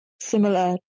similar